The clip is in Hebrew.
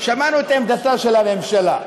שמענו את עמדתה של הממשלה,